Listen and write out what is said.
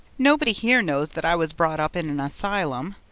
nobody here knows that i was brought up in an asylum.